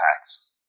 packs